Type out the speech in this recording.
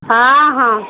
ହଁ ହଁ